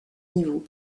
niveau